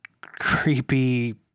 creepy